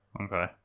Okay